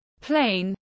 plain